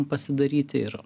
pasidaryti ir